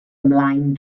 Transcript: ymlaen